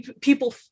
people